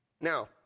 Now